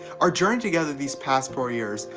our journey together these past four years,